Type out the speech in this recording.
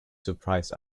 surprised